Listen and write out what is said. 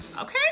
Okay